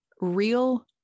real